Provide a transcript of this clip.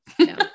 No